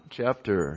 chapter